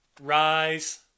Rise